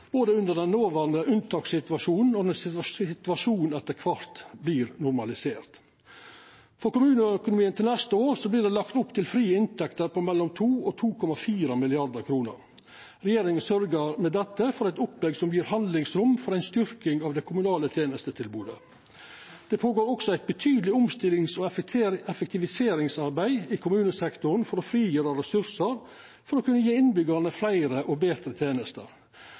både under den noverande unntakssituasjonen og når situasjonen etter kvart vert normalisert. For kommuneøkonomien til neste år vert det lagt opp til frie inntekter på mellom 2 mrd. kr og 2,4 mrd. kr. Regjeringa sørgjer med dette for eit opplegg som gjev handlingsrom for ei styrking av det kommunale tenestetilbodet. Det går også føre seg eit betydeleg omstillings- og effektiviseringsarbeid i kommunesektoren for å frigjera ressursar for å kunna gje innbyggjarane fleire og betre tenester.